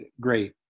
great